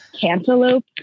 cantaloupe